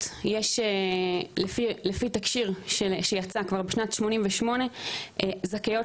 לפי תסקיר שיצא כבר ב-1988, אחיות זכאיות